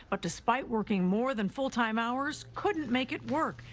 but despite working more than full-time hours, couldn't make it work,